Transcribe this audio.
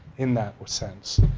in that or sense.